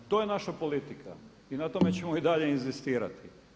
To je naša politika i na tome ćemo i dalje inzistirati.